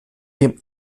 dem